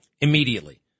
immediately